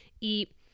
eat